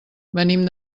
venim